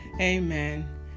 Amen